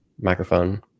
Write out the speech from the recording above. microphone